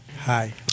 Hi